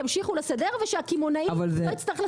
ימשיכו לסדר ושהקמעונאי לא יצטרך לסדר,